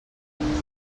vallès